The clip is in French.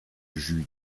jus